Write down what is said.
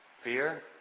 Fear